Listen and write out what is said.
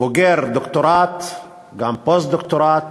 לבעל דוקטורט, גם פוסט-דוקטורט,